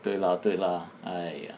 对 lah 对 lah !aiya!